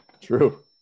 True